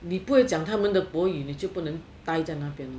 你不会讲他们的国语你就不能呆在那边